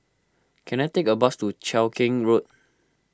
can I take a bus to Cheow Keng Road